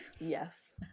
Yes